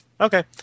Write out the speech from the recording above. Okay